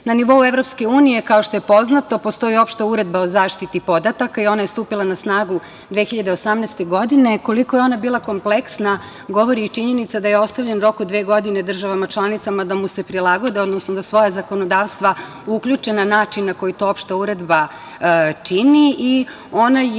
nivou EU, kao što je poznato, postoji Opšta uredba o zaštiti podataka i ona je stupila na snagu 2018. godine. Koliko je ona bila kompleksna govori i činjenica da je ostavljen rok od dve godine državama članicama da mu se prilagode, odnosno da svoje zakonodavstva uključe na način na koji to Opšta uredba čini i ona je,